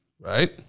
Right